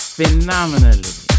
phenomenally